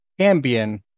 Ambien